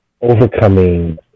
overcoming